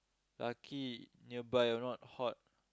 lucky near by if not hot